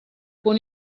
con